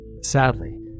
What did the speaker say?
Sadly